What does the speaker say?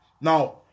Now